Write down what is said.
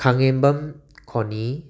ꯈꯥꯉꯦꯝꯕꯝ ꯈꯣꯅꯤ